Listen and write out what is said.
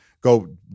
go